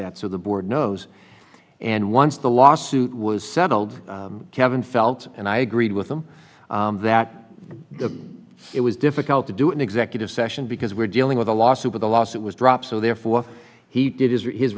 that so the board knows and once the lawsuit was settled kevin felt and i agreed with them that it was difficult to do in executive session because we're dealing with a lawsuit with a lawsuit was dropped so therefore he did his or his